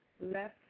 left